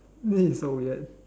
this is so weird